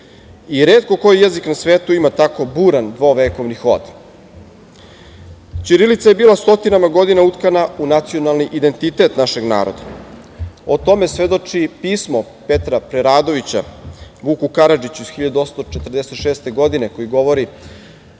Retko koji jezik na svetu ima tako buran dvovekovni hod. Ćirilica je bila stotinama godina utkana u nacionalni identitet našeg naroda. O tome svedoči pismo Petra Preradovića Vuku Karadžiću iz 1846. godine, koje govori